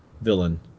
villain